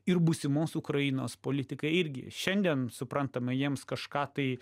ir būsimos ukrainos politikai irgi šiandien suprantama jiems kažką tai